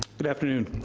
but afternoon,